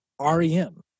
REM